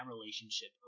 relationship